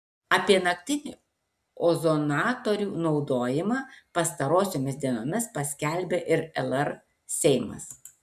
apie naktinį ozonatorių naudojimą pastarosiomis dienomis paskelbė ir lr seimas